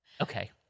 Okay